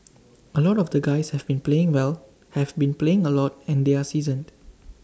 A lot of the guys have been playing well have been playing A lot and they're seasoned